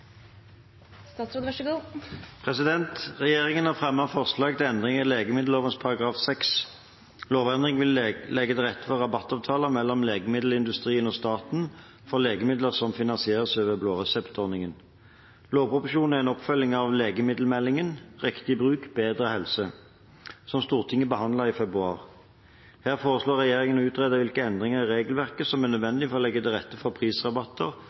Regjeringen har fremmet forslag til endringer i legemiddelloven § 6. Lovendringen vil legge til rette for rabattavtaler mellom legemiddelindustrien og staten for legemidler som finansieres over blå resept-ordningen. Lovproposisjonen er en oppfølging av legemiddelmeldingen, Riktig bruk – bedre helse, som Stortinget behandlet i februar. Her foreslår regjeringen å utrede hvilke endringer i regelverket som er nødvendig for å legge til rette for prisrabatter